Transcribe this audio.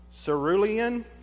cerulean